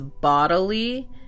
bodily